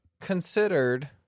considered